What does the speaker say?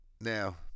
now